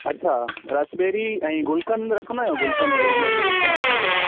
अच्छा रसबेरी ऐं गुलकंद रखंदा आहियो गुलकंद हेवमोर जो गुलकंद आईस्क्रीम